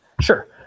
Sure